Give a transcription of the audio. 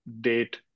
date